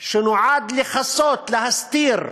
שנועד לכסות, להסתיר,